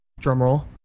drumroll